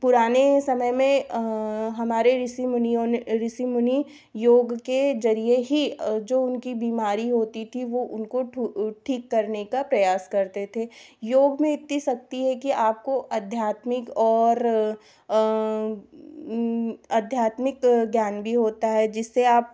पुराने समय में हमारे ऋषी मुनियों ने ऋषी मुनि योग के जरिए ही जो उनकी बीमारी होती थी वह उनको ठीक करने का प्रयास करते थे योग में इतनी शक्ति है कि आपको अध्यात्मिक और अध्यात्मिक ज्ञान भी होता है जिससे आप